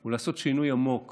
הוא לעשות שינוי עמוק